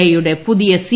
ഐയുടെ പുതിയുസി